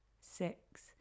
six